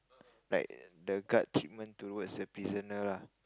like the guard treatment toward the prisoner lah